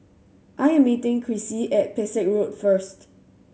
I am meeting Chrissie at Pesek Road first